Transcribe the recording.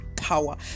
power